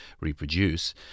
reproduce